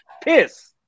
piss